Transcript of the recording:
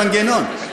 3 מיליארד, סליחה.